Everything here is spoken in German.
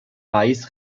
reis